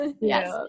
Yes